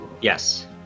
yes